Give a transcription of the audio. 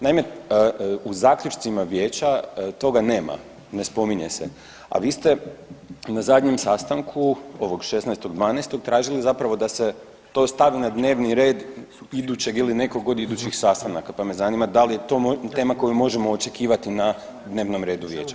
Naime, u zaključcima Vijeća toga nema, ne spominje se, a vi ste na zadnjem sastanku, ovog 16.12. tražili zapravo da se to stavi na dnevni red idućeg ili nekog od idućih sastanaka pa me zanima da li je to tema koju možemo očekivati na dnevnom redu Vijeća?